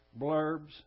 blurbs